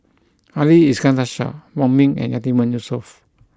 Ali Iskandar Shah Wong Ming and Yatiman Yusof